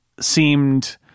seemed